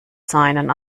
seinen